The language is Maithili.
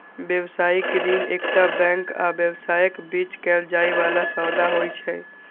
व्यावसायिक ऋण एकटा बैंक आ व्यवसायक बीच कैल जाइ बला सौदा होइ छै